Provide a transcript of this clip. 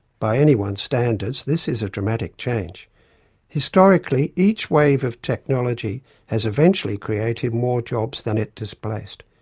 by anyone's standards, this is a dramatic change historically each wave of technology has eventually created more jobs than it displaced.